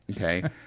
Okay